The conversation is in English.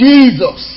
Jesus